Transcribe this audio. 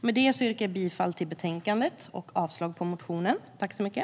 Med detta yrkar jag bifall till utskottets förslag i betänkandet och avslag på motionen.